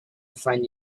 find